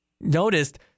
noticed